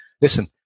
listen